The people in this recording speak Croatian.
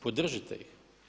Podržite ih.